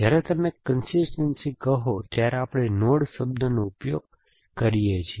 જ્યારે તમે એક કન્સિસ્ટનસી કહો ત્યારે આપણે નોડ શબ્દનો ઉપયોગ કરીએ છીએ